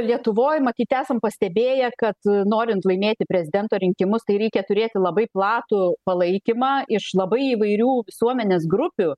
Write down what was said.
lietuvoj matyt esam pastebėję kad norint laimėti prezidento rinkimus tai reikia turėti labai platų palaikymą iš labai įvairių visuomenės grupių